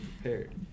prepared